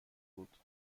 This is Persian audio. بود